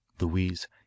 louise